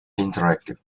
interactive